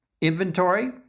inventory